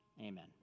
Amen